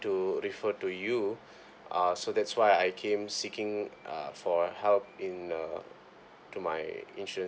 to refer to you uh so that's why I came seeking uh for help in uh to my insurance